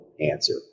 answer